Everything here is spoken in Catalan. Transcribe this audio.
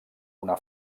una